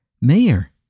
Mayor